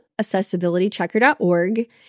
accessibilitychecker.org